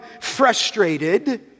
frustrated